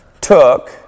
took